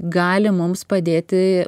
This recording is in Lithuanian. gali mums padėti